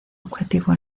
objetivo